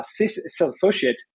associate